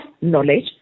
knowledge